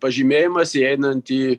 pažymėjimas įeinant į